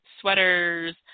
sweaters